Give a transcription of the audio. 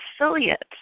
affiliate